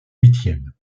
huitième